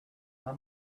how